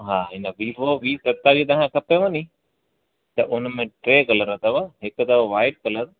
हा इन Vivo B सतावीह तव्हांखे खपेव नि त उन में टे कलर अथव हिकु अथव वाईट कलर